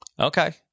Okay